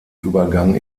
übergang